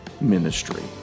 ministry